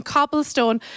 Cobblestone